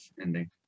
ending